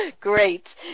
Great